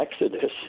exodus